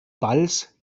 balls